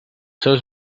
seus